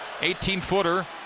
18-footer